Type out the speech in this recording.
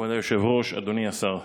כבוד היושב-ראש, אדוני השר,